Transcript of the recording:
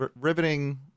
Riveting